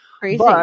Crazy